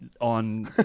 on